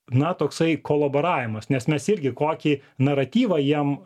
na toksai kolaboravimas nes mes irgi kokį naratyvą jiem